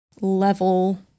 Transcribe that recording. level